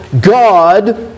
God